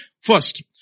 First